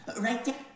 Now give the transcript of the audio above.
right